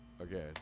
Okay